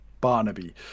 Barnaby